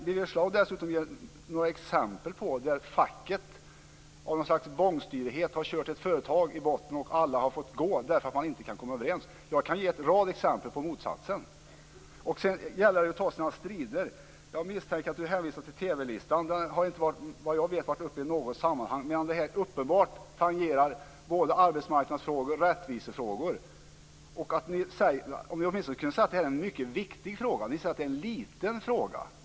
Kan Birger Schlaug ge några exempel på att facket varit bångstyrigt och kört ett företag i botten så att alla har fått gå, därför att man inte kunnat komma överens? Jag kan ge en rad exempel på motsatsen. Sedan gäller det att ta sina strider. Jag misstänker att Birger Schlaug hänvisar till TV-listan. Såvitt jag vet har den inte varit uppe i något sammanhang, medan det här uppenbart tangerar både arbetsmarknadsfrågor och rättvisefrågor. Om ni åtminstone kunde säga att det här är en mycket viktig fråga men ni säger att det är en liten fråga.